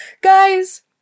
Guys